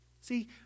See